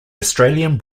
australian